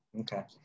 Okay